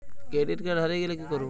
Credit card হারিয়ে গেলে কি করব?